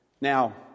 Now